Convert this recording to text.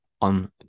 on